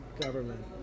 government